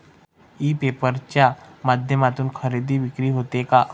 E paper च्या माध्यमातून खरेदी विक्री होते का?